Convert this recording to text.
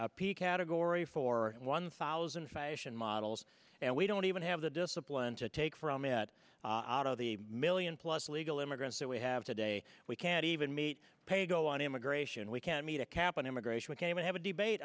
p category four and one thousand fashion models and we don't even have the discipline to take from it out of the million plus illegal immigrants that we have today we can't even meet pay go on immigration we can't meet a cap on immigration we came in have a debate